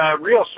real